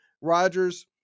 Rodgers